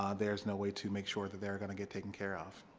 um there's no way to make sure that they're going to get taken care of.